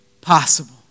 possible